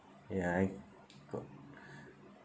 ya I got